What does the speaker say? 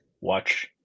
watch